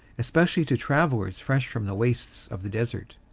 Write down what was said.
especially to travellers fresh from the wastes of the desert.